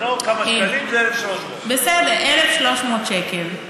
זה לא כמה שקלים, זה 1,300. בסדר, 1,300 שקל.